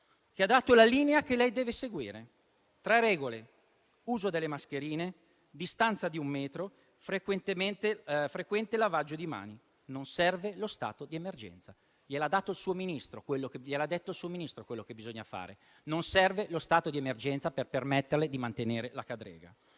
che ha dato la linea che lei deve seguire. Tre regole: uso delle mascherine, distanza di un metro, frequente lavaggio di mani. Non serve lo stato di emergenza; gliel'ha detto il suo Ministro cosa bisogna fare; non serve lo stato di emergenza per permetterle di mantenere la cadrega.